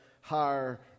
higher